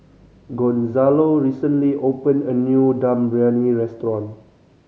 Gonzalo recently opened a new Dum Briyani restaurant